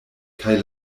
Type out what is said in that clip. kaj